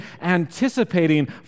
anticipating